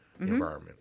environment